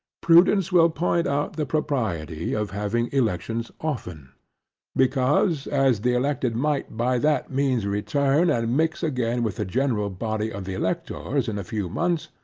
prudence will point out the propriety of having elections often because as the elected might by that means return and mix again with the general body of the electors in a few months,